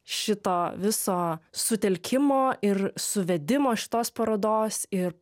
šito viso sutelkimo ir suvedimo šitos parodos ir